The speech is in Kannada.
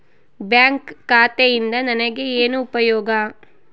ಬ್ಯಾಂಕ್ ಖಾತೆಯಿಂದ ನನಗೆ ಏನು ಉಪಯೋಗ?